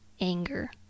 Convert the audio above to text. anger